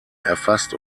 erfasst